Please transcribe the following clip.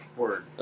word